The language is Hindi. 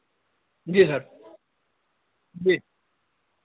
जी सर जी